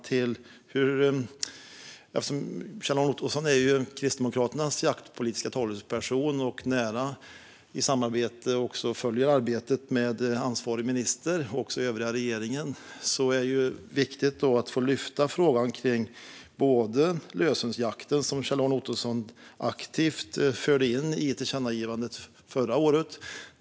Kjell-Arne Ottosson är Kristdemokraternas jaktpolitiske talesperson. Han är nära samarbetet och följer arbetet med ansvarig minister och övriga regeringen. Det är viktigt att få lyfta fram frågan om lösviltsjakten. Detta förde Kjell-Arne Ottosson aktivt in i ett tillkännagivande förra året.